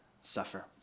suffer